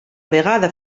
vegada